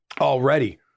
already